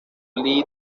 lee